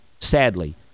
Sadly